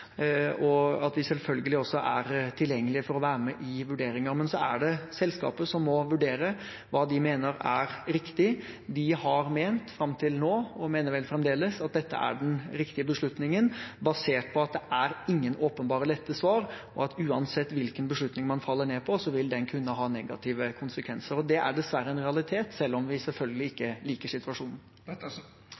er selvfølgelig tilgjengelige for å være med i vurderingen. Men så er det selskapet som må vurdere hva de mener er riktig. De har ment fram til nå, og mener vel fremdeles, at dette er den riktige beslutningen, basert på at det er ingen åpenbare, lette svar, og at uansett hvilken beslutning man faller ned på, vil den kunne ha negative konsekvenser. Det er dessverre en realitet, selv om vi selvfølgelig ikke liker situasjonen.